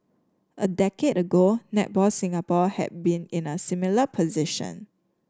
a decade ago Netball Singapore had been in a similar position